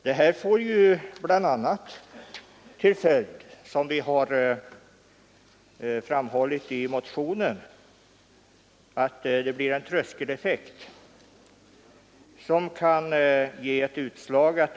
Den här inkomstgränsen får bl.a. till följd — som vi har framhållit i motionen — att det blir en tröskeleffekt.